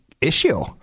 issue